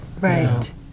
Right